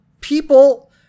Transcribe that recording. people